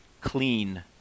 clean